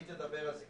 ושהיא תדבר על זה,